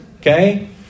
Okay